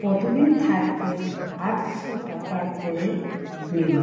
প্রতিদিন থাকতে আটশো টাকা করে নিল